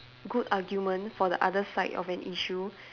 good argument for the other side of an issue